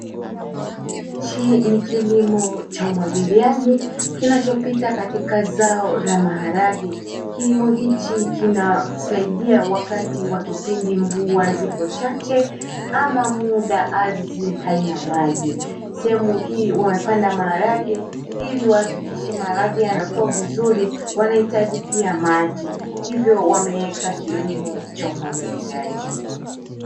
Hichi ni kilimo cha umwagiliaji kinachopita katika zao la maharage. Kilimo hichi kinasaidia wakati wa kipindi mvua ziko chache ama muda ardhi haina maji. Sehemu hii wamepanda maharage, ili wahakikishe maharage yanakua vizuri, wanahitaji pia maji; hivyo wameweka kilimo cha umwagiliaji.